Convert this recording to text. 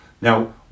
Now